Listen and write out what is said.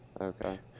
Okay